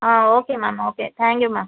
ah okay ma'am okay thank you ma'am